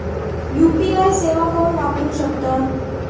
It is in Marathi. यू.पी.आय सेवा कोण वापरू शकता?